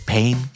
Pain